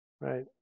right